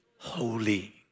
Holy